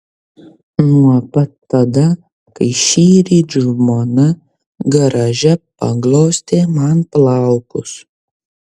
nuo pat tada kai šįryt žmona garaže paglostė man plaukus